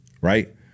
right